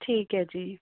ਠੀਕ ਹੈ ਜੀ